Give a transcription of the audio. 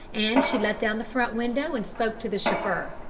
and she let down the front window and spoke to the chauffeur.